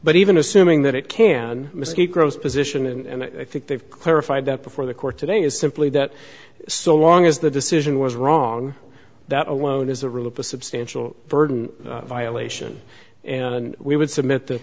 but even assuming that it can escape gross position and i think they've clarified that before the court today is simply that so long as the decision was wrong that alone is the rule of a substantial burden violation and we would submit the